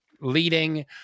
leading